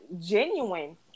genuine